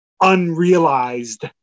unrealized